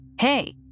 Hey